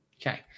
Okay